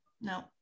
No